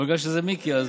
אבל בגלל שזה מיקי.